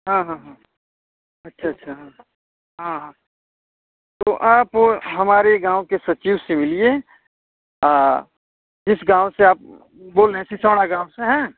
हाँ हाँ हाँ अच्छा अच्छा हाँ हाँ हाँ तो आप ओ हमारे गाँव के सचिव से मिलिए आ किस गाँव से आप बोल रहें सीसौड़ा गाँव से हैं